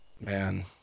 man